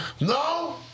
No